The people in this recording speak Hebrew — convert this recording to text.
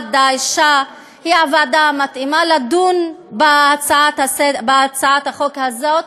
למעמד האישה היא הוועדה המתאימה לדון בהצעת החוק הזאת.